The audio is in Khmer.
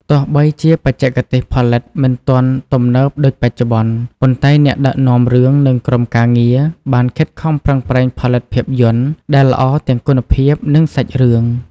ទោះបីជាបច្ចេកទេសផលិតមិនទាន់ទំនើបដូចបច្ចុប្បន្ន ប៉ុន្តែអ្នកដឹកនាំរឿងនិងក្រុមការងារបានខិតខំប្រឹងប្រែងផលិតភាពយន្តដែលល្អទាំងគុណភាពនិងសាច់រឿង។